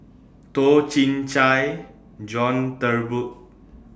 Toh Chin Chye John Turnbull